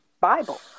Bible